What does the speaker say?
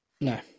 no